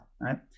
right